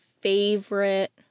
favorite